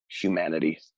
humanity